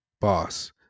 boss